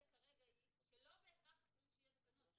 כרגע היא שלא בהכרח צריך שיהיו תקנות.